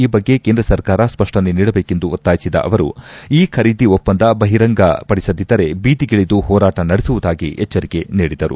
ಈ ಬಗ್ಗೆ ಕೇಂದ್ರ ಸರ್ಕಾರ ಸ್ಪಷ್ಟನೆ ನೀಡಬೇಕೆಂದು ಒತ್ತಾಯಿಸಿದ ಅವರು ಈ ಖರೀದಿ ಒಪ್ಪಂದ ಬಹಿರಂಗ ಪಡಿಸದಿದ್ದರೆ ಬೀದಿಗಿಳಿದು ಹೋರಾಟ ನಡೆಸುವುದಾಗಿ ಎಚ್ಚರಿಕೆ ನೀಡಿದರು